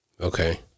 Okay